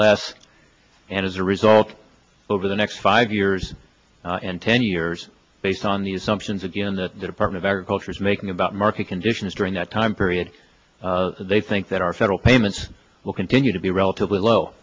less and as a result over the next five years and ten years based on the assumptions of g m that the department of agriculture is making about market conditions during that time period they think that our federal payments will continue to be relatively low